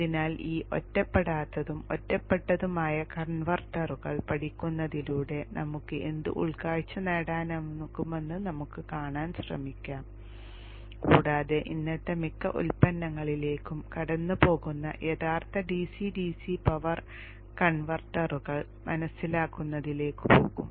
അതിനാൽ ഈ ഒറ്റപ്പെടാത്തതും ഒറ്റപ്പെട്ടതുമായ കൺവെർട്ടറുകൾ പഠിക്കുന്നതിലൂടെ നമുക്ക് എന്ത് ഉൾക്കാഴ്ച നേടാനാകുമെന്ന് കാണാൻ നമ്മൾ ശ്രമിക്കും കൂടാതെ ഇന്നത്തെ മിക്ക ഉൽപ്പന്നങ്ങളിലേക്കും കടന്നുപോകുന്ന യഥാർത്ഥ DC DC പവർ കൺവെർട്ടറുകൾ മനസ്സിലാക്കുന്നതിലേക്ക് പോകും